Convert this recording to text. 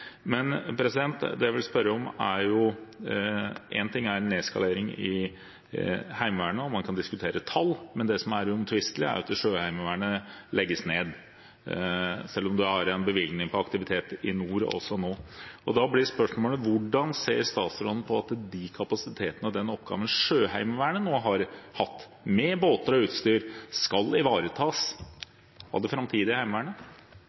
En ting er nedskalering i Heimevernet, og man kan diskutere tall, men det som er uomtvistelig, er at Sjøheimevernet legges ned – selv om man har en bevilgning på aktivitet i nord også nå. Da blir spørsmålet: Hvordan ser statsråden på at de kapasitetene og den oppgaven Sjøheimevernet nå har hatt med båter og utstyr, skal ivaretas av det framtidige Heimevernet?